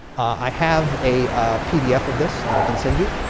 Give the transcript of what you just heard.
i have a pdf of this that i can send you.